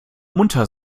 munter